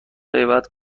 غیبت